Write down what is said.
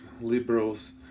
liberals